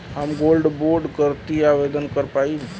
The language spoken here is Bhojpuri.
हम गोल्ड बोड करती आवेदन कर पाईब?